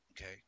okay